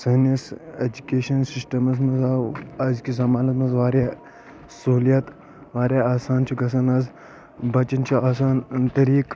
سٲنِس ایجُکیشن سسٹمَس منٛز آو أزۍ کِس زمانس منٛز واریاہ سہوٗلِیت واریاہ آسان چھُ گژھان آز بچن چھُ آسان طریٖق